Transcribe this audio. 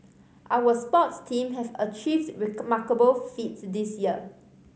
our sports teams have achieved remarkable feats this year